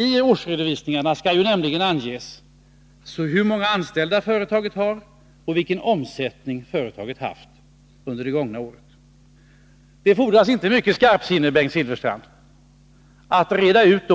I årsredovisningen skall ju anges hur många anställda företaget har och vilken omsättning företaget haft under det gångna året. Det fordras inte mycket skarpsinne, Bengt Silfverstrand, för att reda ut